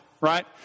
right